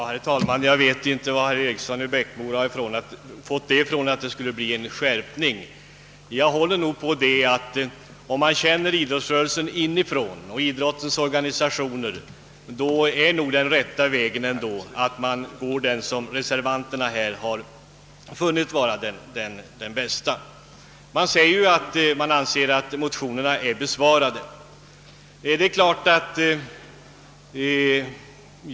Herr talman! Jag vet inte varifrån herr Eriksson i Bäckmora har fått uppfattningen att det skulle kunna bli en skärpning av bestämmelserna. Den som känner idrottens organisationer måste nog hålla på att reservanternas linje är den bästa. Reservanterna föreslår ju att motionerna skall anses besvarade.